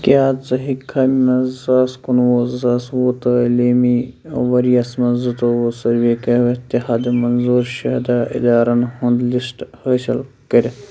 کیٛاہ ژٕ ہیٚکھا مےٚ زٕ ساس کُنوُہ زٕساس وُہ تعلیٖمی ؤریَس مَنٛز زٕتوُه سروؠے کٔرِتھ تہِ حَد منظوٗر شُدہ اِدارن ہُنٛد لسٹہٕ حٲصِل کٔرتھ